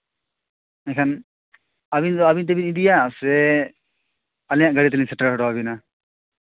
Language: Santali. ᱮᱱᱠᱷᱟᱱ ᱟᱹᱵᱤᱱ ᱫᱚ ᱟᱹᱵᱤᱱ ᱛᱮᱵᱤᱱ ᱤᱫᱤᱭᱟ ᱥᱮ ᱟᱹᱞᱤᱧᱟᱜ ᱜᱟᱹᱰᱤ ᱛᱮᱞᱤᱧ ᱥᱮᱴᱮᱨ ᱦᱚᱴᱚ ᱟᱵᱮᱱᱟ